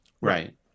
Right